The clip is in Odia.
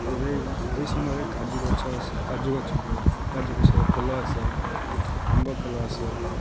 ଏବେ ଏହି ସମୟରେ କାଜୁ ଗଛ ଆସେ କାଜୁଗଛ ହୁଏ କାଜୁ ଗଛରେ ଫଳ ଆସେ ଆମ୍ବ ଫଳ ଆସେ